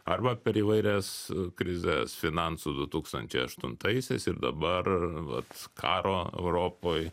arba per įvairias krizes finansų du tūkstančiai aštuntaisiais ir dabar vat karo europoj